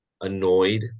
annoyed